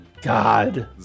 God